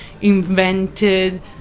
invented